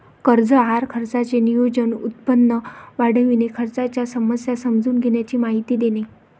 कर्ज आहार खर्चाचे नियोजन, उत्पन्न वाढविणे, खर्चाच्या समस्या समजून घेण्याची माहिती देणे